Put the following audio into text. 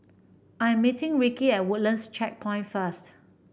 I am meeting Ricky at Woodlands Checkpoint first